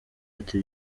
ati